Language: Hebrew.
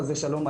חס ושלום,